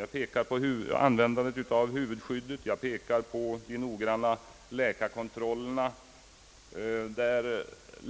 Jag pekar på användandet av huvudskydd och de noggranna läkarkontrollerna, som i